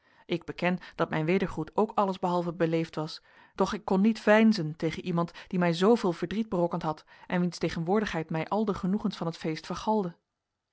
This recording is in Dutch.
ik beken dat mijn wedergroet ook allesbehalve beleefd was doch ik kon niet veinzen tegen iemand die mij zooveel verdriet berokkend had en wiens tegenwoordigheid mij al de genoegens van het